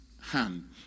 hand